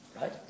Right